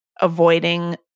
avoiding